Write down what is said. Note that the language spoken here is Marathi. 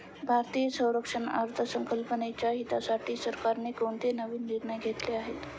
भारतीय संरक्षण अर्थसंकल्पाच्या हितासाठी सरकारने कोणते नवीन निर्णय घेतले आहेत?